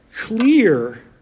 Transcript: clear